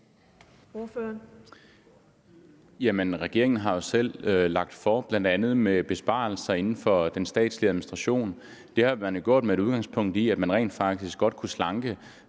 Regeringen har jo selv lagt for, bl.a. med besparelser inden for den statslige administration. Det har man jo gjort med udgangspunkt i, at man rent faktisk godt kunne slanke